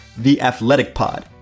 theathleticpod